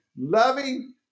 loving